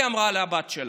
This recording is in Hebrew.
היא אמרה לבת שלה,